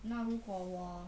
那如果我